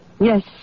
Yes